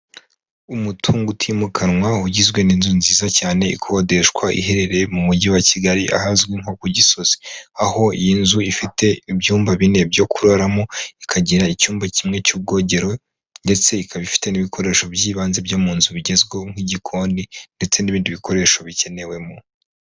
Umutungo utimukanwa ugizwe n'inzu nziza cyane ikodeshwa, iherereye mu Mujyi wa Kigali ahazwi nko ku Gisozi, aho iyi nzu ifite ibyumba bine byo kuraramo, ikagira icyumba kimwe cy'ubwogero ndetse ikaba ifite n'ibikoresho by'ibanze byo mu nzu bigezweho nk'igikoni ndetse n'ibindi bikoresho bikenewemo.